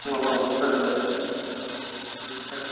ꯑꯥ ꯍꯣꯏ ꯍꯣꯏ ꯐꯔꯦ ꯐꯔꯦ ꯑꯗꯨꯗꯤ ꯎꯝ ꯊꯝꯃꯦ ꯊꯝꯃꯦ